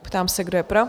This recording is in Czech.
Ptám se, kdo je pro?